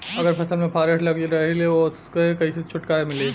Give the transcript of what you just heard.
अगर फसल में फारेस्ट लगल रही त ओस कइसे छूटकारा मिली?